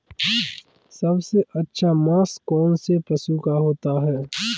सबसे अच्छा मांस कौनसे पशु का होता है?